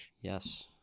Yes